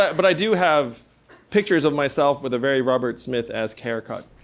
i but i do have pictures of myself with a very robert smith-esque haircut.